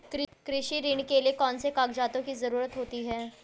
कृषि ऋण के लिऐ कौन से कागजातों की जरूरत होती है?